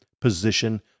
position